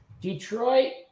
Detroit